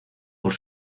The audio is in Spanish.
por